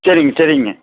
சரிங்க சரிங்க